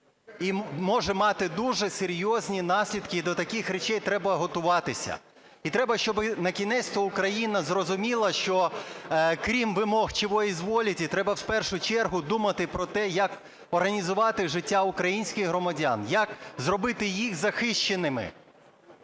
і може мати дуже серйозні наслідки, до таких речей треба готуватися. І треба, щоби накінець-то Україна зрозуміла, що крім вимог "чего изволите", треба в першу чергу думати про те, як організувати життя українських громадян, як зробити їх захищеними